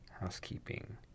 Housekeeping